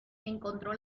encontró